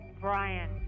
Brian